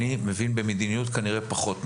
כנראה אני מבין במדיניות פחות מכם,